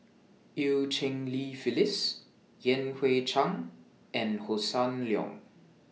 EU Cheng Li Phyllis Yan Hui Chang and Hossan Leong